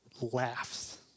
laughs